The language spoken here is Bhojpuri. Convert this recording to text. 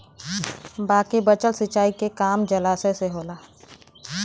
बाकी बचल सिंचाई के काम जलाशय से होला